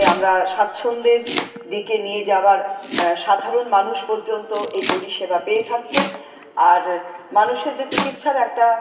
আমরা স্বাচ্ছ্যন্দের দিকে নিয়ে যাবার সাধারণ মানুষ পর্যন্ত এই পরিষেবা পেয়ে থাকছে আর মানুষের যে চিকিৎসার একটা